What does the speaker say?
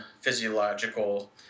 physiological